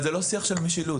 זה לא שיח של משילות.